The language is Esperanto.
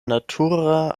natura